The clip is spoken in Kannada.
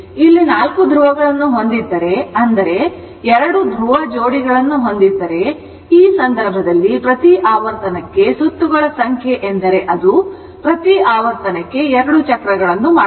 ಇಲ್ಲಿ 4 ಧ್ರುವಗಳನ್ನು ಹೊಂದಿದ್ದರೆ ಅಂದರೆ 2 ಧ್ರುವ ಜೋಡಿಗಳನ್ನು ಹೊಂದಿದ್ದರೆ ಈ ಸಂದರ್ಭದಲ್ಲಿ ಪ್ರತಿ ಆವರ್ತನಕ್ಕೆ ಸುತ್ತುಗಳ ಸಂಖ್ಯೆ ಎಂದರೆ ಅದು ಪ್ರತಿ ಆವರ್ತನಕ್ಕೆ 2 ಚಕ್ರಗಳನ್ನು ಮಾಡುತ್ತದೆ